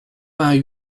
vingt